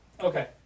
okay